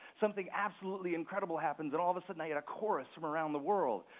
something absolutely incredible happens, and all of a sudden i get a chorus from around the world.